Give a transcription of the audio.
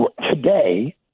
today